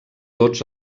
tots